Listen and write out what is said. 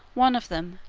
one of them,